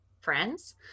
friends